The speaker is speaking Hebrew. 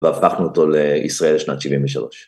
‫והפכנו אותו לישראל לשנת 73'.